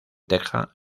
teja